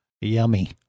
Yummy